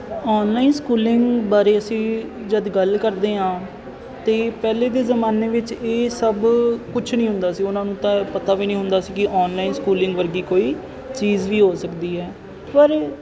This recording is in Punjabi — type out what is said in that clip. ਆਨਲਾਈਨ ਸਕੂਲਿੰਗ ਬਾਰੇ ਅਸੀਂ ਜਦੋਂ ਗੱਲ ਕਰਦੇ ਹਾਂ ਤਾਂ ਪਹਿਲਾਂ ਦੇ ਜਮਾਨੇ ਵਿੱਚ ਇਹ ਸਭ ਕੁਛ ਨਹੀਂ ਹੁੰਦਾ ਸੀ ਉਹਨਾਂ ਨੂੰ ਤਾਂ ਪਤਾ ਵੀ ਨਹੀਂ ਹੁੰਦਾ ਸੀ ਕਿ ਆਨਲਾਈਨ ਸਕੂਲਿੰਗ ਵਰਗੀ ਕੋਈ ਚੀਜ਼ ਵੀ ਹੋ ਸਕਦੀ ਹੈ ਪਰ